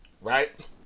right